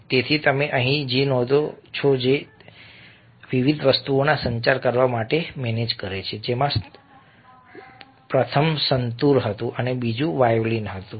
તેથી તમે અહીં જે શોધો છો તે એ છે કે આ વિવિધ વસ્તુઓને સંચાર કરવા માટે મેનેજ કરે છે જેમાં પ્રથમ સંતુર હતું અને બીજું વાયોલિન હતું